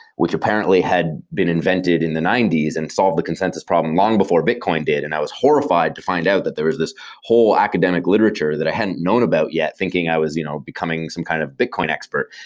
which apparently had been invented in the ninety s and solved the consensus problem long before bitcoin did and i was horrified horrified to find out that there is this whole academic literature that i hadn't known about yet thinking i was you know becoming some kind of bitcoin expert.